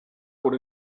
por